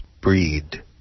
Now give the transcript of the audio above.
breed